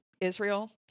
Israel